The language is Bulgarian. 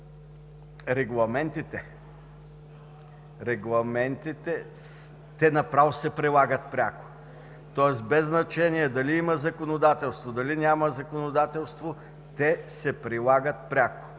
Регламентите се прилагат пряко. Тоест без значение дали има законодателство, дали няма законодателство, те се прилагат пряко.